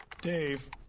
Dave